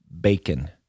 bacon